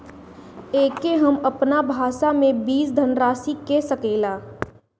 एके हम आपन भाषा मे बीज धनराशि कह सकीला